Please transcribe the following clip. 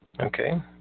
Okay